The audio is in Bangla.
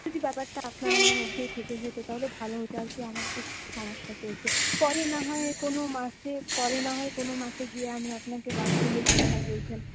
যদি ব্যাপারটা আপনার আমার মধ্যেই থেকে যেত তাহলে ভালো হতো আর কি আমার একটু সমস্যা চলছে পরে না হয় কোনো মাসে পরে না হয় কোনো মাসে গিয়ে আমি আপনাকে বাড়তি যে টাকাটা বলছেন